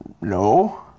no